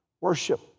worship